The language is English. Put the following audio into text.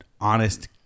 honest